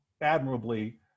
admirably